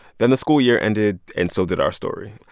then the school year ended and so did our story.